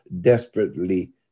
desperately